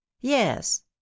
yes